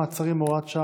מעצרים) (הוראת שעה,